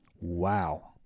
Wow